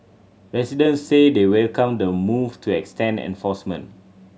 residents say they welcome the move to extend enforcement